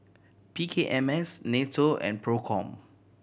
P K M S NATO and Procom